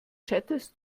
chattest